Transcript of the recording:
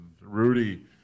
Rudy